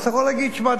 אז אתה יכול להגיד: שמע,